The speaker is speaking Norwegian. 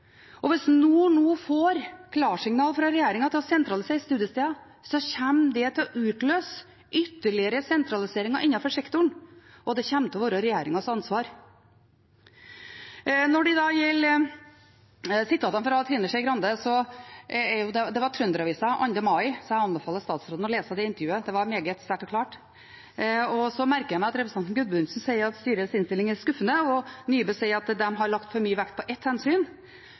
Hvis Nord universitet nå får klarsignal fra regjeringen til å sentralisere studiesteder, kommer det til å utløse ytterligere sentralisering innenfor sektoren, og det kommer til å være regjeringens ansvar. Når det gjelder sitatene fra Trine Skei Grande, var de fra Trønder-Avisa 3. mai. Jeg anbefaler statsråden å lese det intervjuet – det var meget sterkt og klart. Og så merker jeg meg at representanten Gudmundsen sier at styrets innstilling er skuffende, og Nybø sier at de har lagt for mye vekt på ett hensyn.